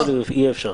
אי-אפשר.